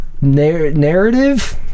narrative